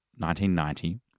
1990